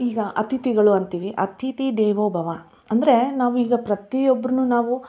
ಈಗ ಅತಿಥಿಗಳು ಅಂತೀವಿ ಅತಿಥಿ ದೇವೋ ಭವ ಅಂದರೆ ನಾವೀಗ ಪ್ರತಿಯೊಬ್ರೂ ನಾವು